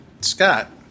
Scott